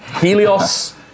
Helios